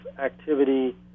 activity